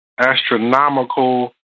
astronomical